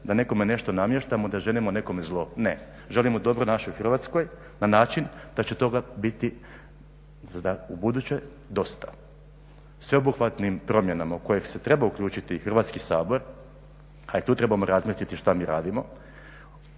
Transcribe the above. da nekome nešto namještamo, da želimo nekome zlo. Ne, želimo dobro našoj Hrvatskoj na način da će toga biti ubuduće dosta. Sveobuhvatnim promjenama u koje se treba uključiti Hrvatski sabor, a i tu trebamo razmisliti što mi radimo,